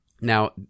now